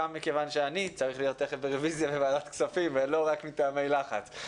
גם מכיוון שאני צריך להיות תיכף ברביזיה בוועדת כספים ולא רק מטעמי לחץ,